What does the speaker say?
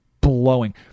blowing